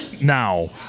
now